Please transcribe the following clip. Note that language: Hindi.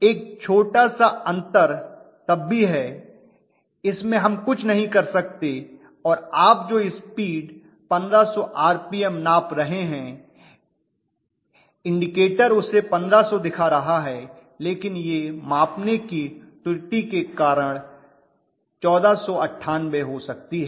एक छोटा सा अंतर तब भी है इसमें हम कुछ नहीं कर सकते और आप जो स्पीड 1500 आरपीएम नाप रहे हैं इन्डकेटर उसे 1500 दिखा रहा है लेकिन यह मापने की त्रुटि के कारण 1498 हो सकती है